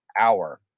hour